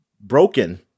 broken